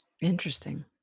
Interesting